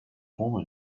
former